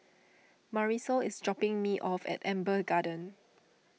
Marisol is dropping me off at Amber Gardens